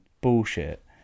bullshit